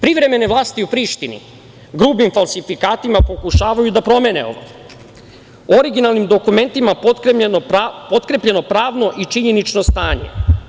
Privremene vlasti u Prištini grubim falsifikatima pokušavaju da promene ovo, originalnim dokumentima potkrepljeno, pravno i činjenično stanje.